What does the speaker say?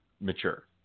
mature